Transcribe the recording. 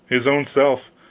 his own self!